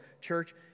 church